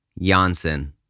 Janssen